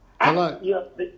Hello